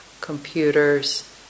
computers